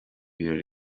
ibirori